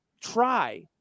try